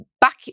back